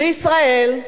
וישראל,